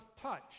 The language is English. touch